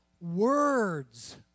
words